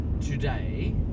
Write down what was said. today